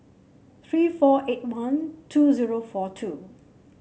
three four eight one two zero four two